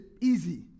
easy